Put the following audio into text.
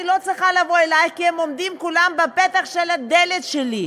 אני לא צריכה לבוא אלייך כי הם עומדים כולם בפתח של הדלת שלי,